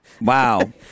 Wow